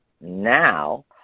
Now